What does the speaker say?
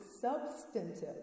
Substantive